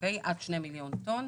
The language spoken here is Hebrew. עד שני מיליון טון.